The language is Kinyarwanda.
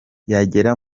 yagera